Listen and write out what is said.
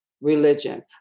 religion